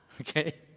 okay